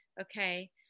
Okay